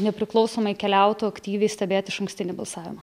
nepriklausomai keliautų aktyviai stebėt išankstinį balsavimą